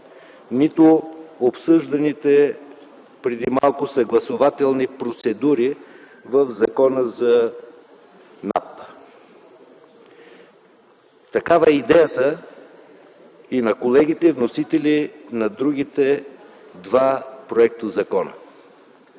нито обсъжданите преди малко съгласувателни процедури в Закона за НАП. Такава е идеята и на колегите-вносители на другите два законопроекта.